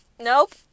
nope